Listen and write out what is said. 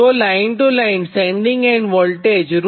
તો line to line sending end voltage √387